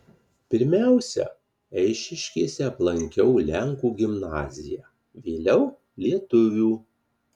pirmiausia eišiškėse aplankiau lenkų gimnaziją vėliau lietuvių